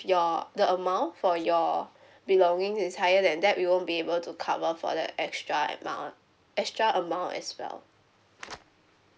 your the amount for your belonging is higher than that we won't be able to cover for the extra amount extra amount as well